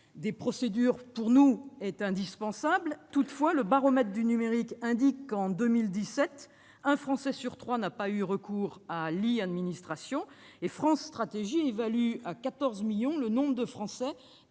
des procédures est indispensable. Toutefois, le baromètre du numérique indique qu'un Français sur trois n'a pas eu recours à l'e-administration en 2017. Pour sa part, France Stratégie évalue à 14 millions le nombre de Français